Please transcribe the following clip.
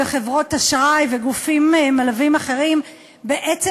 חברות אשראי וגופים מלווים אחרים בעצם